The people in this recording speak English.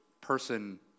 person